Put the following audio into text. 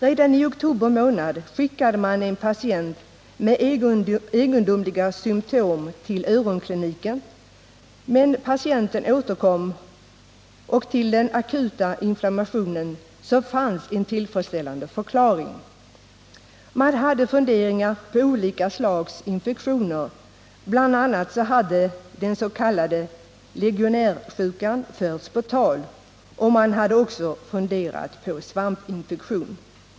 Redan i oktober skickade man en patient med egendomliga symtom till öronkliniken, men patienten återkom och till den akuta inflammationen fanns en tillfredsställande förklaring. Man hade funderingar om olika slags infektioner. Bl. a. hade den s.k. legionärsjukan förts på tal, och man hade också funderat på svampinfektion.